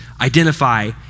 identify